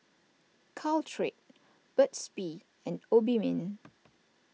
Caltrate Burt's Bee and Obimin